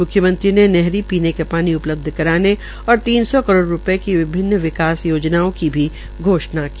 मुख्यमंत्री ने नहरी पीने का पानी उपलब्ध कराने और तीन सौ करोड़ रूपये की विभिन्न विकास योनजाओं का भी घोषणा की